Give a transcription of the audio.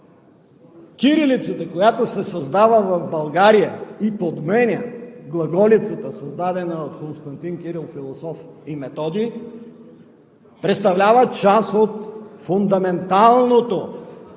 Кирилицата, която се създава в България и подменя Глаголицата, създадена от Константин-Кирил Философ и Методий, представлява част от фундаменталното